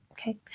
okay